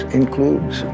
includes